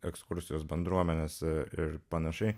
ekskursijos bendruomenės ir pan